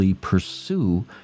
pursue